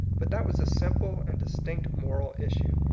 but that was a simple and distinct moral is sue.